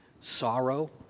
sorrow